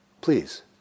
Please